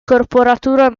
corporatura